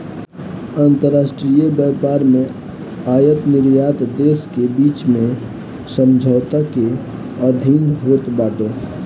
अंतरराष्ट्रीय व्यापार में आयत निर्यात देस के बीच में समझौता के अधीन होत बाटे